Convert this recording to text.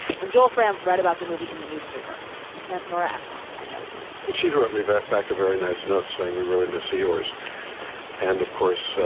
when joel frahm read about the movie in the newspaper, he sent nora ephron a note that she wrote me back, a very nice note saying we really miss yours and of course,